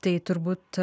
tai turbūt